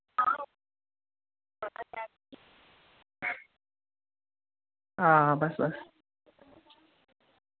हां बस बस